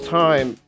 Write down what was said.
time